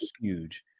huge